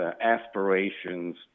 aspirations